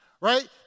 right